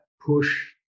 push